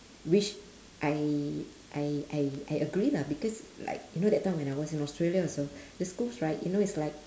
which I I I I agree lah because like you know that time when I was in australia also the schools right you know it's like